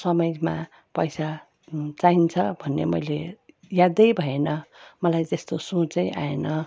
समयमा पैसा चाहिन्छ भन्ने मैले यादै भएन मलाई त्यस्तो सोचै आएन